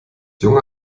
junge